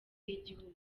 y’igihugu